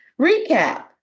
recap